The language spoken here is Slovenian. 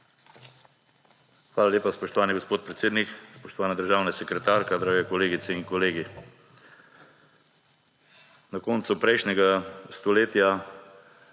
Hvala lepa, spoštovani gospod predsednik. Spoštovana državna sekretarka, dragi kolegice in kolegi! Na koncu prejšnjega stoletja